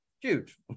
huge